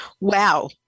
Wow